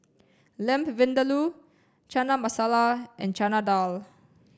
Lamb Vindaloo Chana Masala and Chana Dal